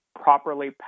properly